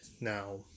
now